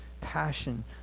passion